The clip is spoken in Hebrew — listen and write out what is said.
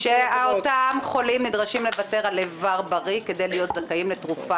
שאותם חולים נדרשים לוותר על איבר בריא כדי להיות זכאים לתרופה